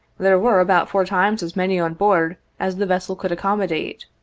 there were about four times as many on board as the vessel could accommodate,